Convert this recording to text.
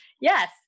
yes